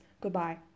Goodbye